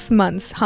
months